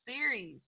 Series